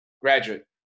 graduate